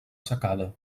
secada